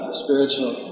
spiritual